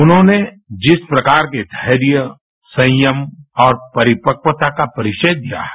उन्होंने जिस प्रकार के धैर्य संयम और परिपक्वता का परिचय दिया है